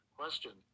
question